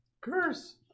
Curse